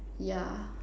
yeah